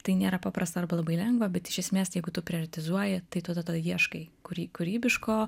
tai nėra paprasta arba labai lengva bet iš esmės jeigu tu prioritizuoji tai tu tada ieškai kurį kūrybiško